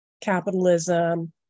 capitalism